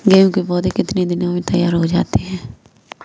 गेहूँ के पौधे कितने दिन में तैयार हो जाते हैं?